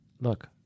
Look